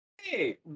Hey